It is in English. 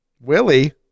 Willie